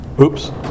Oops